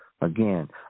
Again